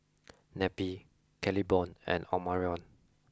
Neppie Claiborne and Omarion